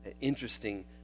interesting